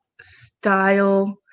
style